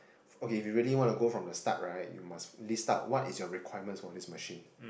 okay if you really want to go from the start right you must list out what is your requirements for this machine